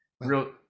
Real